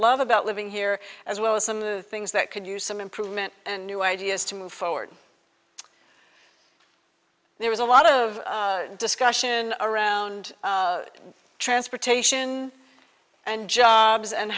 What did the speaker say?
love about living here as well as some of the things that could use some improvement and new ideas to move forward there is a lot of discussion around transportation and jobs and